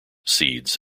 seeds